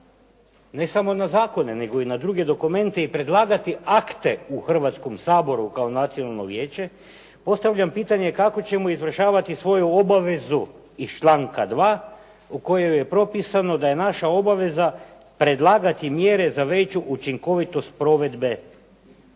ne samo na zakone nego i na druge dokumente i predlagati akte u Hrvatskom saboru kao Nacionalno vijeće, postavljam pitanje kako ćemo izvršavati svoju obavezu iz članka 2. u kojem je propisano da je naša obaveza predlagati mjere za veću učinkovitost provedbe